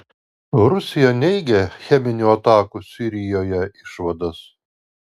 rusija neigia cheminių atakų sirijoje išvadas